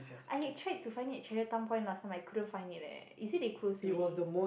I had tried to find it at Chinatown-Point last time I couldn't find it leh is it they closed already